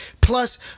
Plus